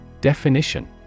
Definition